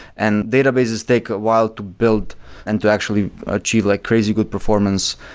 and databases take a while to build and to actually achieve like crazy good performance.